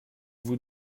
vous